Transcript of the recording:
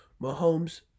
Mahomes